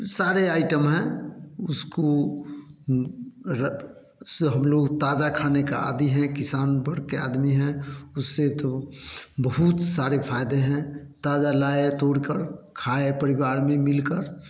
सारे आइटम हैं उनको रह सब लोग ताजा खाने का आदि है किसानपुर के आदमी हैं उससे तो बहुत सारे फायदे हैं ताजा लाए तोड़कर खाएं परिवार में मिलकर